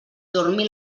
dormir